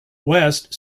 west